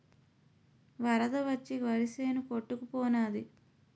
వరద వచ్చి వరిసేను కొట్టుకు పోనాది